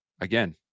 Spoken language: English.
Again